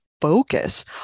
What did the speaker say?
focus